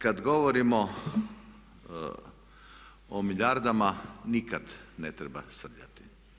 Kada govorimo o milijardama nikada ne treba srljati.